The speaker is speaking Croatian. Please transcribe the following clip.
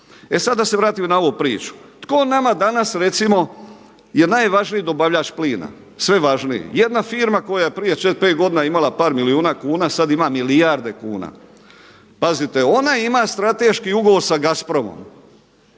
E sad da se vratim na ovu priču. Tko nama danas recimo je najvažniji dobavljač plina sve važniji? Jedna firma koja je prije četiri, pet godina imala par milijuna kuna, sad ima milijarde kuna. Pazite ona ima strateški ugovor sa Gazpromom